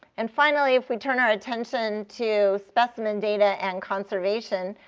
and finally, if we turn our attention to specimen data and conservation,